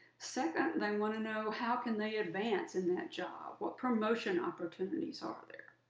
second, they want to know how can they advance in that job, what promotion opportunities are there.